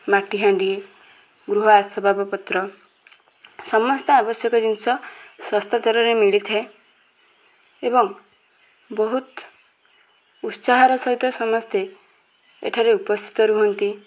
ମାଟିହାଣ୍ଡି ଗୃହ ଆସବାବପତ୍ର ସମସ୍ତ ଆବଶ୍ୟକୀୟ ଜିନଷ ଶସ୍ତା ଦରରେ ମିଳିଥାଏ ଏବଂ ବହୁତ ଉତ୍ସାହର ସହିତ ସମସ୍ତେ ଏଠାରେ ଉପସ୍ଥିତ ରୁହନ୍ତି